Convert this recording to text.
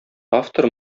автор